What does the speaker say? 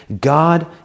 God